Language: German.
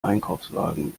einkaufswagen